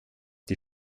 die